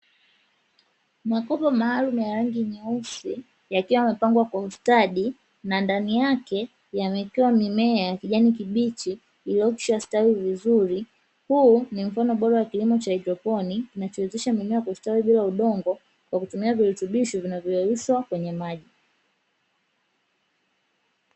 Makopo maalumu ya rangi nyeusi yakiwa yamepangwa kwa ustadi, na ndani yake yamewekewa mimea ya kijani kibichi, iliyokwisha stawi vizuri, huu ni mfano bora wa kilimo cha haidroponi kinachowezesha mimea kustawi bila udongo, kwa kutumia virutubisho vinavyoyeyushwa kwenye maji.